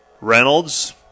Reynolds